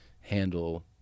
handle